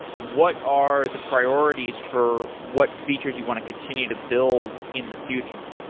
what are the priorities for what features you want to continue to build in the future?